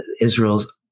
Israel's